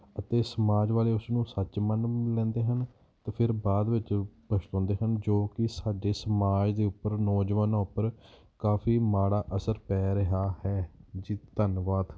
ਅਤੇ ਸਮਾਜ ਵਾਲੇ ਉਸ ਨੂੰ ਸੱਚ ਮੰਨ ਲੈਂਦੇ ਹਨ ਅਤੇ ਫਿਰ ਬਾਦ ਵਿੱਚ ਪਛਤਾਉਂਦੇ ਹਨ ਜੋ ਕਿ ਸਾਡੇ ਸਮਾਜ ਦੇ ਉੱਪਰ ਨੌਜਵਾਨਾਂ ਉੱਪਰ ਕਾਫ਼ੀ ਮਾੜਾ ਅਸਰ ਪੈ ਰਿਹਾ ਹੈ ਜੀ ਧੰਨਵਾਦ